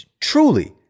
truly